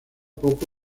poco